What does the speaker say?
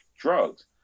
drugs